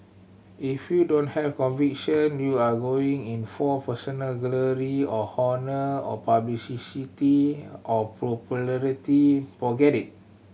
if you don't have conviction you are going in for personal glory or honour or or popularity forget it